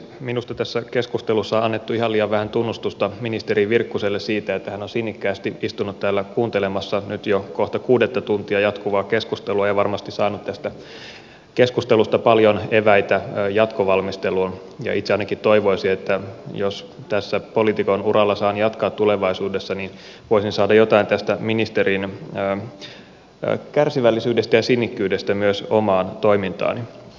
minusta tässä keskustelussa on annettu ihan liian vähän tunnustusta ministeri virkkuselle siitä että hän on sinnikkäästi istunut täällä kuuntelemassa nyt jo kohta kuudetta tuntia jatkuvaa keskustelua ja varmasti saanut tästä keskustelusta paljon eväitä jatkovalmisteluun ja itse ainakin toivoisin että jos tässä poliitikon uralla saan jatkaa tulevaisuudessa niin voisin saada jotain tästä ministerin kärsivällisyydestä ja sinnikkyydestä myös omaan toimintaani